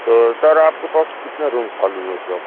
تو سر آپ کے پاس کتنے روم خالی ہیں اِس وقت